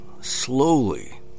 slowly